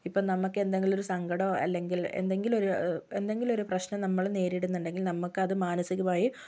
ഇപ്പോൾ നമുക്കെന്തെങ്കിലും ഒരു സങ്കടമോ അല്ലെങ്കിൽ എന്തെങ്കിലൊരു എന്തെങ്കിലൊരു പ്രശ്നം നമ്മൾ നേരിടുന്നുണ്ടെങ്കിൽ നമുക്കത് മാനസികമായി